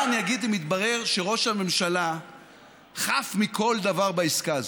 מה אני אגיד אם יתברר שראש הממשלה חף מכול דבר בעסקה הזאת?